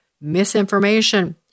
misinformation